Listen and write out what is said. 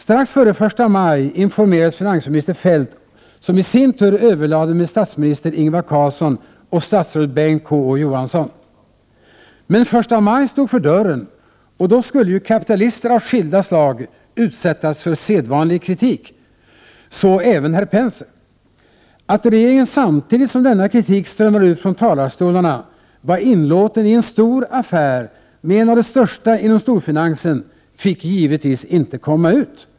Strax före första maj informerades finansminister Feldt, som i sin tur överlade med statsminister Ingvar Carlsson och statsrådet Bengt K Å Johansson. Men första maj stod för dörren och då skulle ju kapitalister av skilda slag utsättas för sedvanlig kritik, så även herr Penser. Att regeringen samtidigt som denna kritik strömmade ut från talarstolarna var inlåten i en stor affär med en av de största inom storfinansen fick givetvis inte komma ut.